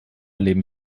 leben